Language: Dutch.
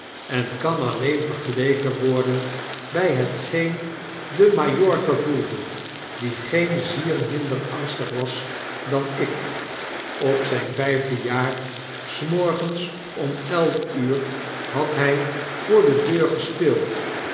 en kan alleen vergeleken worden bij hetgeen de majoor gevoelde die geen zier minder angstig was dan ik op zijn vyfde jaar s morgens om elf uur had hy voor de deur gespeeld